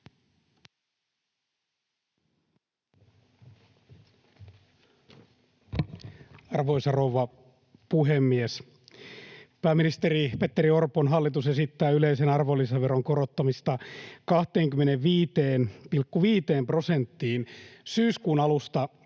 Arvoisa rouva puhemies! Pääministeri Petteri Orpon hallitus esittää yleisen arvonlisäveron korottamista 25,5 prosenttiin syyskuun alusta